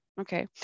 Okay